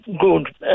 good